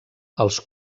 els